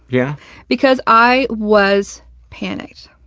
yeah because i was panicked.